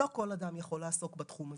לא כל אדם יכול לעסוק בתחום הזה,